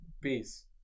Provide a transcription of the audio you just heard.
Peace